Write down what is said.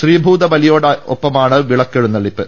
ശ്രീഭൂത ബലിയോടൊ പ്പമാണ് വിളക്കെഴുന്നള്ളിപ്പ്